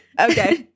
Okay